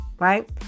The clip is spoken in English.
Right